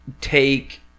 take